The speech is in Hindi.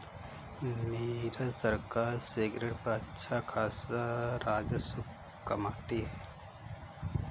नीरज सरकार सिगरेट पर अच्छा खासा राजस्व कमाती है